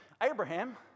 Abraham